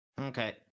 okay